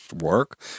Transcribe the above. work